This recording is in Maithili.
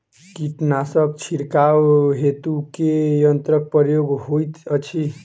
कीटनासक छिड़काव हेतु केँ यंत्रक प्रयोग होइत अछि?